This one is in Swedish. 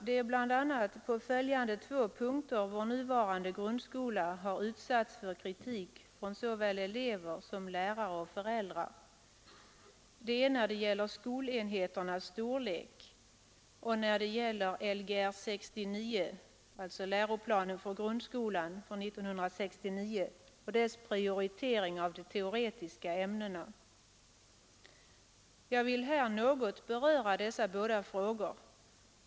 Det är bland annat på två punkter som vår nuvarande grundskola har utsatts för kritik från såväl elever som lärare och föräldrar: skolenheternas storlek och prioriteringen i Lgr 69 av de teoretiska ämnena. Jag vill här något beröra dessa båda frågor.